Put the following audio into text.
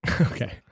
Okay